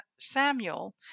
Samuel